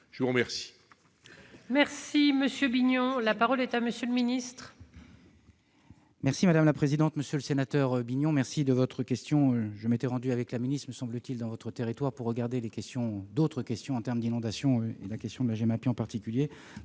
je vous remercie